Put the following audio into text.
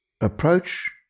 approach